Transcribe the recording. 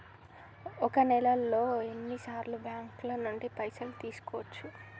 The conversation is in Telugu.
ఒక నెలలో ఎన్ని సార్లు బ్యాంకుల నుండి పైసలు తీసుకోవచ్చు?